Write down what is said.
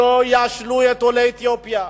שלא ישלו את עולי אתיופיה.